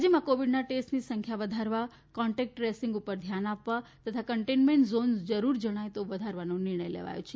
રાજ્યમાં કોવિડના ટેસ્ટની સંખ્યા વધારવા કોન્ટેક્ટ ટ્રેસિંગ ઉપર ધ્યાન આપવા તથા કન્ટેનમેન્ટ ઝીન જરૃર જણાય તો વધારવાનો નિર્ણય લેવાયો છે